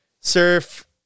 surf